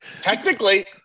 Technically